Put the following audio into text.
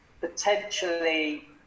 potentially